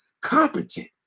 competent